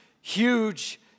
huge